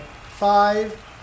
five